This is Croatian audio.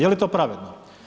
Je li to pravedno?